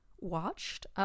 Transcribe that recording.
watched